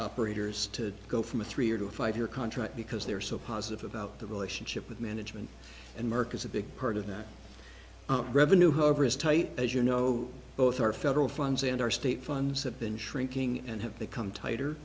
copper eaters to go from a three year to five year contract because they're so positive about the relationship with management and merck is a big part of that revenue however is tight as you know both our federal funds and our state funds have been shrinking and have become tighter